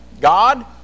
God